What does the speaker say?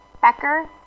Becker